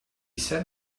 said